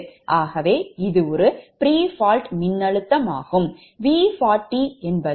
ஆகவே இது ஒரு pre fault மின்னழுத்தமாகும்